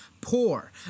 poor